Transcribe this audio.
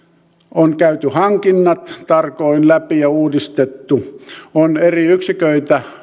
on käyty hankinnat tarkoin läpi ja uudistettu on eri yksiköitä